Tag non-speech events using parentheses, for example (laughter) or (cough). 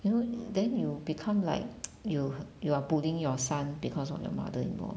you know then you become like (noise) you you are bullying your son because of your mother-in-law